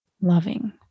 loving